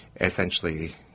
essentially